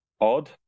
odd